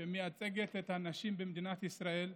שמייצגת את הנשים במדינת ישראל,